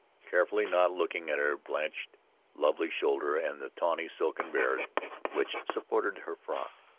carefully not looking at her blanched lovely shoulder and the tawny silken bared which supported her frock.